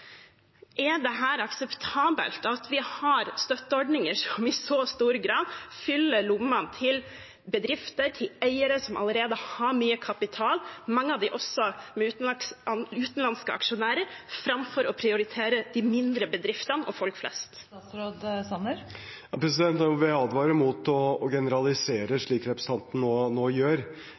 Er det akseptabelt at vi har støtteordninger som i så stor grad fyller lommene til bedrifter og eiere som allerede har mye kapital – mange av dem har også utenlandske aksjonærer – framfor å prioritere de mindre bedriftene og folk flest? Jeg vil advare mot å generalisere, slik representanten Kaski nå gjør.